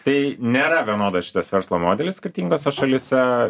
tai nėra vienodas šitas verslo modelis skirtingose šalyse